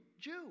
Jew